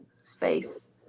space